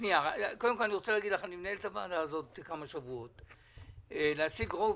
שאני מנהל את הוועדה הזאת כבר כמה שבועות...להשיג רוב